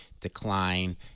decline